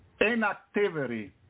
inactivity